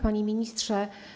Panie Ministrze!